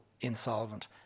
insolvent